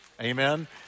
Amen